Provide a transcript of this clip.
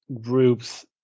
groups